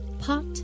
pot